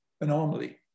anomaly